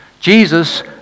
Jesus